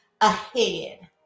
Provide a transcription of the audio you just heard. ahead